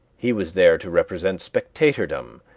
he was there to represent spectatordom,